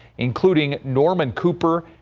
including norman cooper,